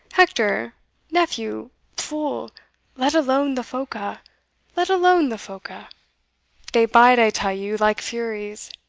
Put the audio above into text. hector nephew fool let alone the phoca let alone the phoca they bite, i tell you, like furies.